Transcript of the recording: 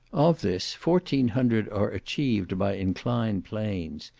of this, fourteen hundred are achieved by inclined planes.